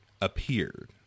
appeared